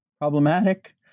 problematic